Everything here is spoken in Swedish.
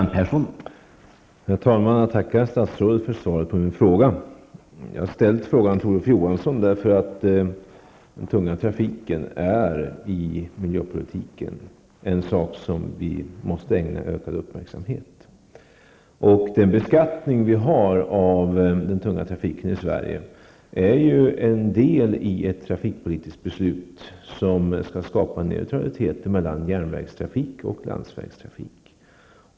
Herr talman! Jag tackar statsrådet för svaret på min fråga. Jag har ställt frågan till Olof Johansson därför att den tunga trafiken är ett spörsmål som vi måste ägna uppmärksamhet i miljöpolitiken. Den beskattning som vi har av den tunga trafiken i Sverige ingår som en del i ett trafikpolitiskt beslut som skall skapa neutralitet mellan järnvägstrafik och landsvägstrafik.